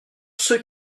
ceux